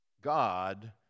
God